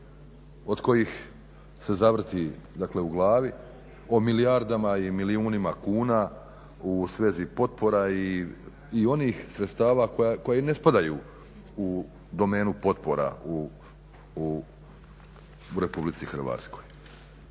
od kojih se zavrti u glavi, o milijardama i milijunima kuna u svezi potpora i onih sredstava koja i ne spadaju u domenu potpora u RH.